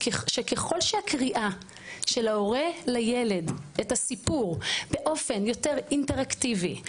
ככל שהקריאה של ההורה לילד את הסיפור באופן יותר אינטראקטיבי,